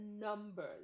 numbers